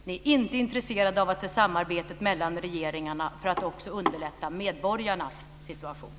Ni är inte intresserade av ett samarbete mellan regeringarna för att också underlätta medborgarnas situation.